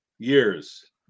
years